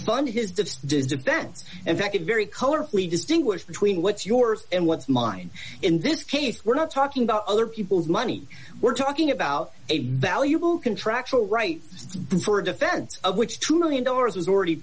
does events and that could very color we distinguish between what's yours and what's mine in this case we're not talking about other people's money we're talking about a valuable contractual right for a defense of which two million dollars was already